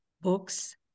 books